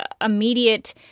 immediate